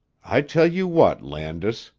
i tell you what, landis,